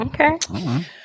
Okay